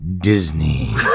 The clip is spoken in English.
Disney